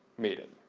mated.